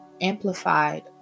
amplified